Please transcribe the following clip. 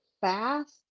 fast